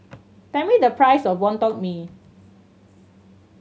tell me the price of Wonton Mee